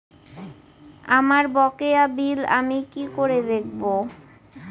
আমার বকেয়া বিল আমি কি করে দেখব?